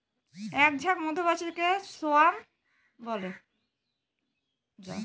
এক ঝাঁক মধুমাছিকে স্বোয়াম বলে